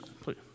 please